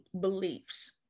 beliefs